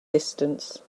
distance